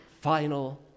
final